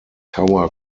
tower